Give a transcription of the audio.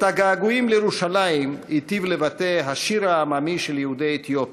את הגעגועים לירושלים היטיב לבטא השיר העממי של יהודי אתיופיה,